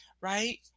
right